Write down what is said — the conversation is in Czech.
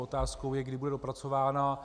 Otázkou je, kdy bude dopracována.